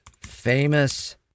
famous